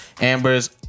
Amber's